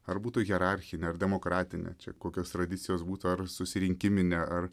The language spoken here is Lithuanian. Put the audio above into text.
ar būtų hierarchinė ar demokratinė čia kokios tradicijos būtų ar susirinkiminė ar